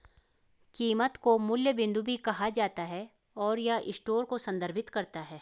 कीमत को मूल्य बिंदु भी कहा जाता है, और यह स्टोर को संदर्भित करता है